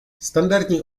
standardní